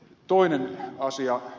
toinen asia